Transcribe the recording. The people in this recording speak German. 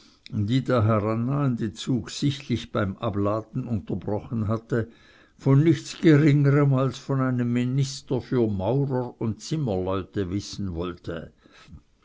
die der herannahende zug sichtlich beim abladen unterbrochen hatte von nichts geringerem als von einem minister für maurer und zimmerleute wissen wollte